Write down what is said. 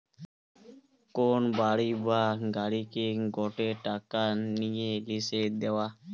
কোন বাড়ি বা গাড়িকে গটে টাকা নিয়ে লিসে দেওয়া